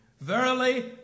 Verily